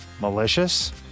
malicious